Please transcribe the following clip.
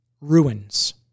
ruins